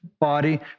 body